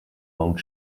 old